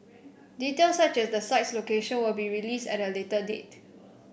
details such as the site's location will be released at a later date